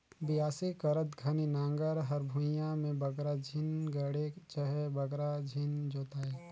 बियासी करत घनी नांगर हर भुईया मे बगरा झिन गड़े चहे बगरा झिन जोताए